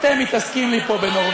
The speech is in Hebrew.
אתם מתעסקים לי פה בנורבגיה,